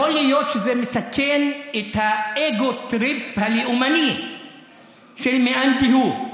יכול להיות שזה מסכן את האגו טריפ הלאומי של מאן דהוא,